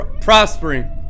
PROSPERING